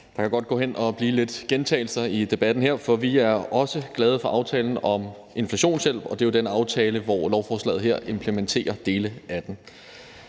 Der kan godt gå hen og blive lidt gentagelser i debatten her, for vi er også glade for aftalen om inflationshjælp. Det er jo den aftale, som lovforslaget her implementerer dele af.